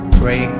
pray